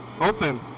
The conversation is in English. open